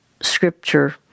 scripture